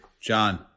John